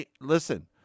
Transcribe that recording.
Listen